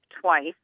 twice